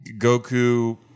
Goku